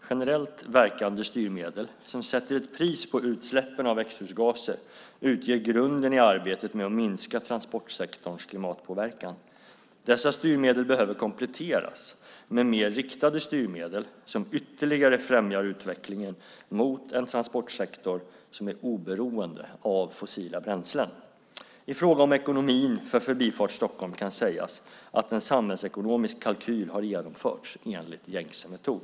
Generellt verkande styrmedel som sätter ett pris på utsläppen av växthusgaser utgör grunden i arbetet med att minska transportsektorns klimatpåverkan. Dessa styrmedel behöver kompletteras med mer riktade styrmedel som ytterligare främjar utvecklingen mot en transportsektor som är oberoende av fossila bränslen. I fråga om ekonomin för Förbifart Stockholm kan sägas att en samhällsekonomisk kalkyl har genomförts enligt gängse metod.